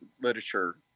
literature